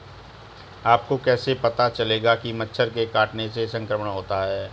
आपको कैसे पता चलेगा कि मच्छर के काटने से संक्रमण होता है?